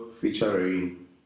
featuring